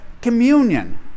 communion